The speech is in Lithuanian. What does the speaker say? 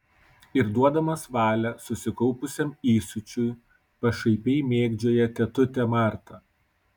ir duodamas valią susikaupusiam įsiūčiui pašaipiai mėgdžioja tetutę martą